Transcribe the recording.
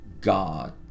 God